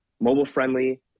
mobile-friendly